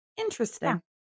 interesting